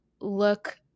look